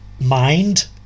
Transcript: mind